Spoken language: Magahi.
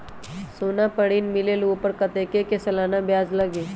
सोना पर ऋण मिलेलु ओपर कतेक के सालाना ब्याज लगे?